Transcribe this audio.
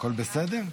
הכול בסדר?